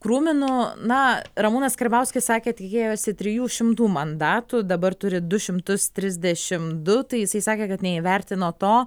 krūminu na ramūnas karbauskis sakė tikėjosi trijų šimtų mandatų dabar turi du šimtus trisdešim du tai jisai sakė kad neįvertino to